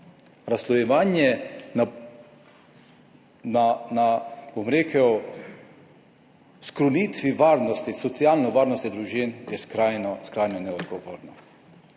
razslojevanje na skrunitvi varnosti, socialne varnosti družin je skrajno neodgovorno.